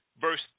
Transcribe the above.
verse